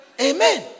Amen